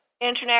internet